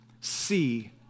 See